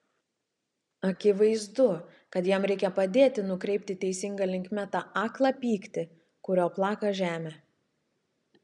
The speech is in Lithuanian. akivaizdu kad jam reikia padėti nukreipti teisinga linkme tą aklą pyktį kuriuo plaka žemę